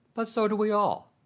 but so do we all.